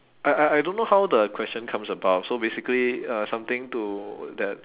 I I I don't know how the question comes about so basically uh something to that